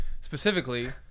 Specifically